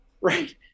right